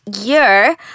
year